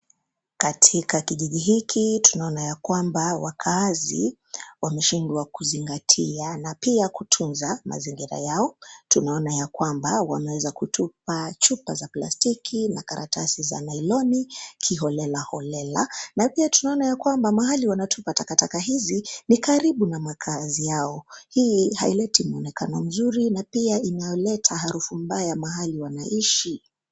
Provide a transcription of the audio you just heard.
Katika kijiji hiki tunaona ya kwamba wakaazi wameshindwa kuzingatia na pia kutunza mazingira yao. Tunaona ya kwamba wameweza kutupa chupa za plastiki na karatasi za nailoni kiholelaholela na pia tunaona ya kwamba mahali wanatupa takataka hizi ni karibu na makazi yao. Hii haileti mwonekano mzuri na pia inaleta harufu mbaya mahali wanaishi.